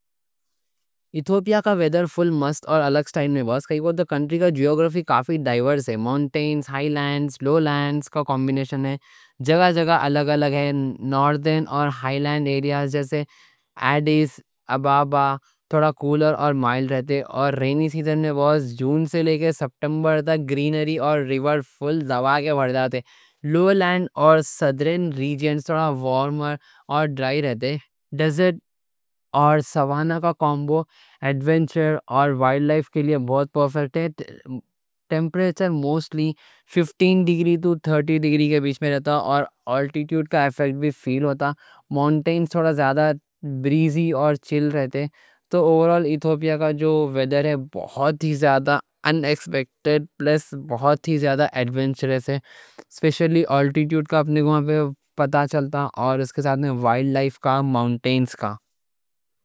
ایتھوپیا کا ویدر فل مست اور الگ اسٹائل میں ہے۔ کائیں بولے تو کنٹری کا جیوگرافی کافی ڈائیورس ہے۔ مونٹینز، ہائی لینڈز، لو لینڈز کا کمبینیشن ہے، جگہ جگہ الگ الگ ہے۔ ناردرن اور ہائی لینڈ ایریاز جیسے ایڈیس ابابا تھوڑا کولر اور مائلڈ رہتے، اور رینی سیزن میں جون سے لے کے ستمبر تک گرینری اور ریور فل بڑھ جاتے۔ لو لینڈ اور سدرن ریجنز تھوڑا وارم اور ڈرائی رہتے، ڈیزرٹ اور سوانہ کا کامبو ایڈونچر اور وائلڈ لائف کے لیے پرفیکٹ ہے۔ ٹیمپریچر موسٹلی پندرہ ڈگری تو تیس ڈگری کے بیچ میں رہتا، اور آلٹیٹیوڈ کا ایفیکٹ بھی فیل ہوتا۔ مونٹینز تھوڑا زیادہ بریزی اور چل رہتے، تو اوورآل ایتھوپیا کا جو ویدر ہے بہت ہی زیادہ ان ایکسپیکٹڈ پلس بہت ہی زیادہ ایڈونچرس ہے۔ سپیشلی آلٹیٹیوڈ کا وہاں پہ پتا چلتا، اور اس کے ساتھ وائلڈ لائف کا، مونٹینز کا۔